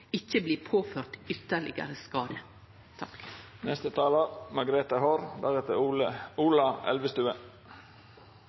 ikkje blir påført ytterlegare